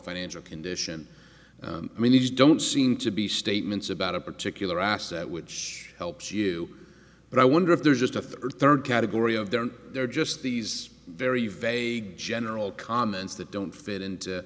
financial condition i mean you just don't seem to be statements about a particular asset which helps you but i wonder if there's just a or third category of there there just these very very general comments that don't fit into